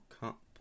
Cup